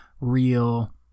real